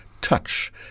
touch